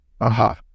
Aha